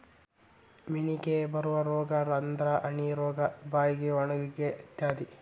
ಮೇನಿಗೆ ಬರು ರೋಗಾ ಅಂದ್ರ ಹನಿ ರೋಗಾ, ಬಾಯಿ ಒಣಗುವಿಕೆ ಇತ್ಯಾದಿ